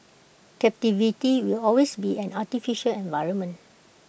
captivity will always be an artificial environment